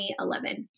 2011